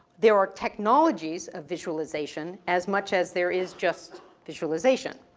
there are technologies of visualization as much as there is just visualization.